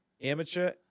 amateur